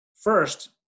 first